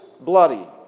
bloody